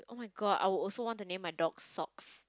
oh-my-god I would also want to name my dog socks